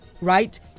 right